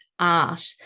art